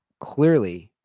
clearly –